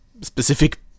specific